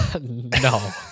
No